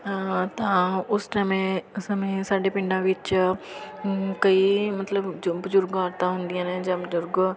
ਤਾਂ ਉਸ ਸਮੇਂ ਸਮੇਂ ਸਾਡੇ ਪਿੰਡਾਂ ਵਿੱਚ ਕਈ ਮਤਲਬ ਜੋ ਬਜ਼ੁਰਗ ਔਰਤਾਂ ਹੁੰਦੀਆਂ ਨੇ ਜਾਂ ਬਜ਼ੁਰਗ